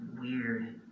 weird